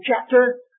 chapter